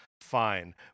Fine